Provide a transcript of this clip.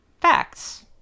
facts